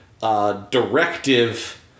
directive